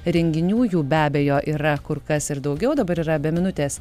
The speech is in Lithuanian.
renginių jų be abejo yra kur kas ir daugiau dabar yra be minutės